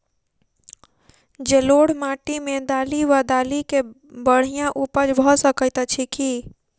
जलोढ़ माटि मे दालि वा दालि केँ बढ़िया उपज भऽ सकैत अछि की?